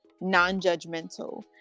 non-judgmental